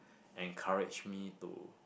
encourage me to